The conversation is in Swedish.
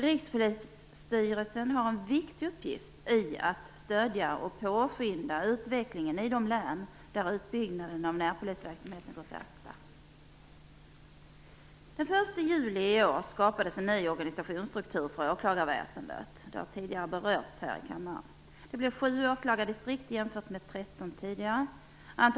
Rikspolisstyrelsen har en viktig uppgift i att stödja och påskynda utvecklingen i de län där utbyggnaden av närpolisverksamheten går sakta. Den 1 juli i år skapades en ny organisationsstruktur för åklagarväsendet, vilket tidigare berörts här i kammaren. Det blev 7 åklagardistrikt jämfört med 13, som tidigare fanns.